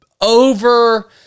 over